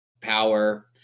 power